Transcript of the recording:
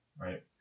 right